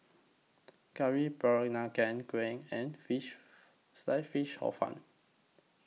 Curry Peranakan Kueh and Fish Sliced Fish Hor Fun